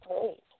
great